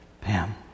Pam